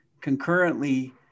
concurrently